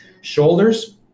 shoulders